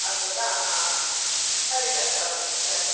ಆಗ್ಬೋದಾ ಹಾಂ ಹಾಂ ಸರಿ ಆಶಾ ಅವರೆ ಸರಿ